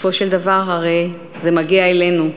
בסופו של דבר הרי זה מגיע אלינו,